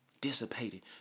Dissipated